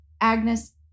Agnes